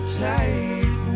tight